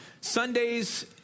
Sundays